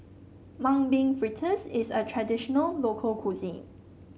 Mung Bean Fritters is a traditional local cuisine